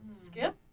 Skip